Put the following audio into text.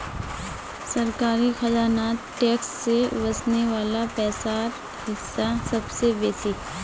सरकारी खजानात टैक्स से वस्ने वला पैसार हिस्सा सबसे बेसि